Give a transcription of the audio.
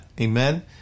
Amen